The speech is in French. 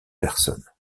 personne